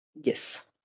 Yes